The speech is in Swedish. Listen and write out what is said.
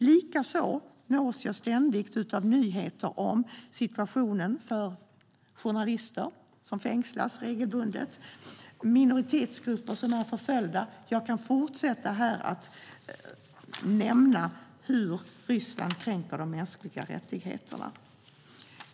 Likaså nås jag ständigt av nyheter om situationen för journalister som fängslas regelbundet och om minoritetsgrupper som är förföljda - jag kan fortsätta att nämna hur Ryssland på olika sätt kränker de mänskliga rättigheterna.